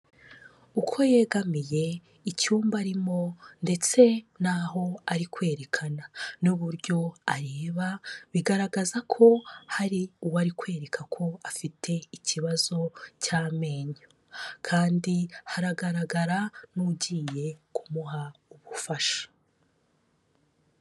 Uko yegamiye icyumba arimo ndetse naho ari kwerekana n'uburyo areba, bigaragaza ko hari uwarikwereka ko afite ikibazo cy'amenyo kandi hagaragara n'ugiye kumuha ubufasha.